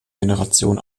generation